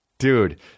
Dude